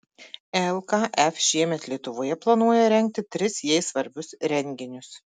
lkf šiemet lietuvoje planuoja rengti tris jai svarbius renginius